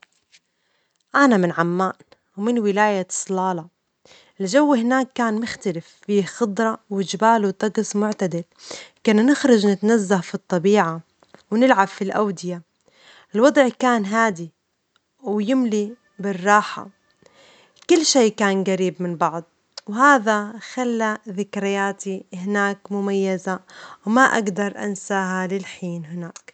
أنا من عمان، ومن ولاية صلالة، الجو هناك كان مختلف فيه خضرة، وجبال، وطجس معتدل، كنا نخرج نتنزه في الطبيعة ونلعب في الأودية، الوضع كان هادي ويملي بالراحة ،كل شي كان جريب من بعض، وهذا خلى ذكرياتي هناك مميزة، وما أجدر أنساها للحين هناك.